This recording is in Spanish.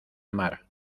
mar